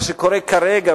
מה שקורה כרגע,